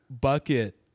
bucket